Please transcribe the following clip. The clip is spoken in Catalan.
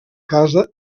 casa